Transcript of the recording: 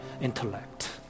intellect